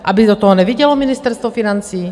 Aby do toho nevidělo Ministerstvo financí?